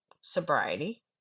sobriety